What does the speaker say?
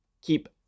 keep